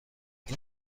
این